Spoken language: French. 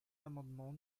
l’amendement